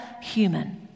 human